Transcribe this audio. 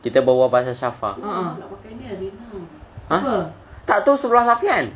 kita berbual pasal shafa !huh! tak tahu sebelah safian